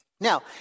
Now